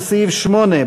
לסעיף 8,